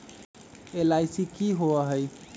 LIC की होअ हई?